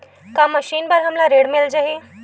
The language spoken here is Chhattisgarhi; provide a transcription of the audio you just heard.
का मशीन मिलही बर हमला ऋण मिल जाही?